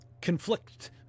conflict